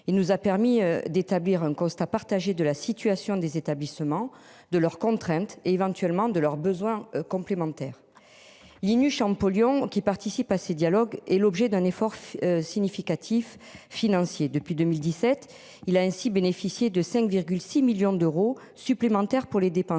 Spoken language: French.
Il nous a permis d'établir un constat partagé de la situation des établissements de leur contrainte et éventuellement de leurs besoins complémentaires. Linux Champollion qui participent à ces dialogues et l'objet d'un effort significatif financier depuis 2017. Il a ainsi bénéficié de 5, 6 millions d'euros supplémentaires pour les dépenses